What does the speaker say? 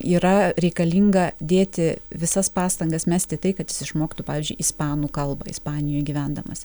yra reikalinga dėti visas pastangas mesti tai kad jis išmoktų pavyzdžiui ispanų kalbą ispanijoj gyvendamas